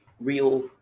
real